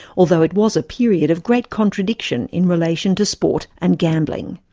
although it was a period of great contradiction in relation to sport and gambling.